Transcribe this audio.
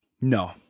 no